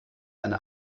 eine